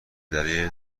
دلیل